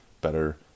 better